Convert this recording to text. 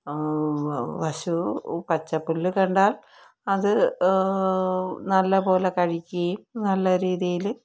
പശു പച്ച പുല്ല് കണ്ടാൽ അത് നല്ലപോലെ കഴിക്കേം നല്ല രീതിയിൽ